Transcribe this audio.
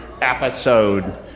episode